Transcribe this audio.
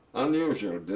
unusual.